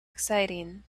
exciting